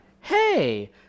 Hey